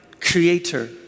Creator